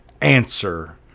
answer